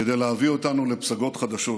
כדי להביא אותנו לפסגות חדשות,